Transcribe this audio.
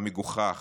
המגוחך